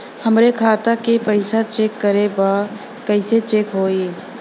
हमरे खाता के पैसा चेक करें बा कैसे चेक होई?